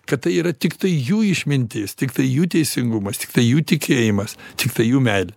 kad tai yra tiktai jų išmintis tiktai jų teisingumas tiktai jų tikėjimas tiktai jų meilė